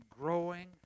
growing